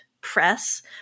press